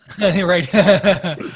Right